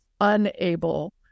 unable